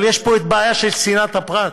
אבל יש פה בעיה של צנעת הפרט,